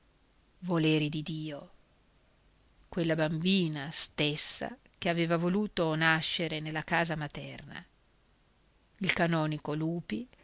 voleri di dio quella bambina stessa che aveva voluto nascere nella casa materna il canonico lupi